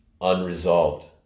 unresolved